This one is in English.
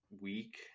week